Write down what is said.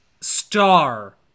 star